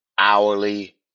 Hourly